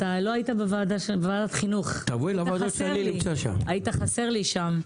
לא היית בוועדת החינוך, היית חסר לי.